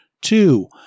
Two